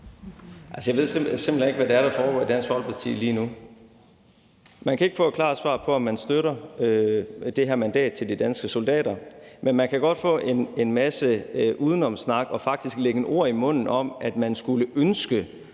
Jeg ved simpelt hen ikke, hvad det er, der foregår i Dansk Folkeparti lige nu. Vi kan ikke få et klart svar på, om man støtter det her mandat til de danske soldater, men vi kan godt få en masse udenomssnak og faktisk blive lagt ord i munden om, at vi skulle ønske